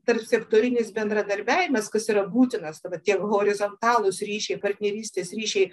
tarpsektorinis bendradarbiavimas kas yra būtinas kada tie horizontalūs ryšiai partnerystės ryšiai